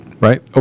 Right